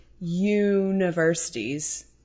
universities